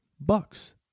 bucks